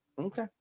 Okay